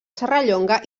serrallonga